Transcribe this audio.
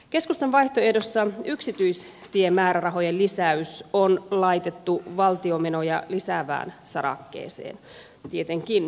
keskustan vaihtoehdossa yksityistiemäärärahojen lisäys on laitettu valtion menoja lisäävään sarakkeeseen tietenkin